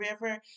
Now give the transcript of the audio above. River